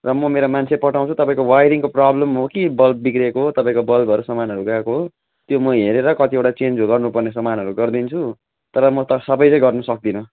र म मेरो मान्छे पठाउँछु तपाईँको वाइरिङको प्रब्लम हो कि बल्ब बिग्रेको हो तपाईँको बल्बहरू सामानहरू गएको हो त्यो म हेरेर कतिवटा चेन्ज गर्नुपर्ने सामानहरू गरिदिन्छु तर म त सबै चाहिँ गर्नु सक्दिन